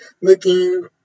looking